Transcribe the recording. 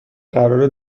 قراره